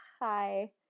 hi